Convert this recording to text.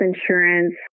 insurance